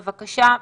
בבקשה.